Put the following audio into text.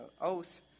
oath